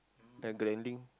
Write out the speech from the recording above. at the ending